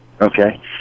Okay